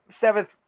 seventh